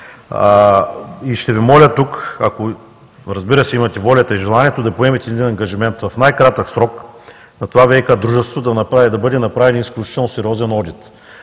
Ще Ви моля тук ако, разбира се, имате волята и желанието да поемете един ангажимент в най-кратък срок на това ВиК дружество да бъде направен изключително сериозен одит,